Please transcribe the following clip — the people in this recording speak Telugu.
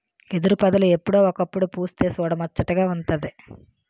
ఎదురుపొదలు ఎప్పుడో ఒకప్పుడు పుస్తె సూడముచ్చటగా వుంటాది